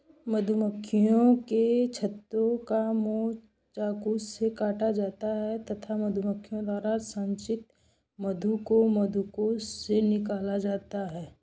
मधुमक्खियों के छत्ते का मोम चाकू से काटा जाता है तथा मधुमक्खी द्वारा संचित मधु को मधुकोश से निकाला जाता है